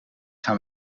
gaan